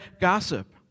gossip